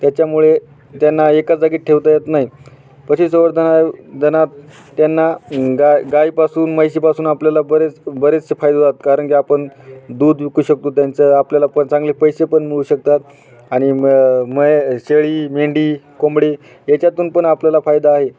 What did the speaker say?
त्याच्यामुळे त्यांना एकाच जागेत ठेवता येत नाही पशुसंवर्धन धनात त्यांना गा गाईपासून म्हैशीपासून आपल्याला बरेच बरेचसे फायदे होतात कारण की आपण दूध विकू शकतो त्यांचं आपल्याला पण चांगले पैसे पण मिळू शकतात आणि म मै शेळी मेंढी कोंबडी याच्यातून पण आपल्याला फायदा आहे